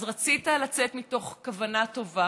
אז רצית לצאת מתוך כוונה טובה,